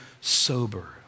sober